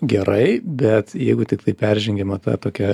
gerai bet jeigu tiktai peržengiama ta tokia